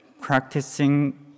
practicing